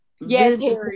yes